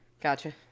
Gotcha